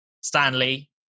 Stanley